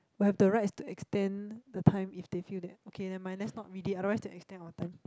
but have the right to extend the time if they feel that okay never mind let's not read it otherwise they extend our time